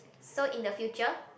so in the future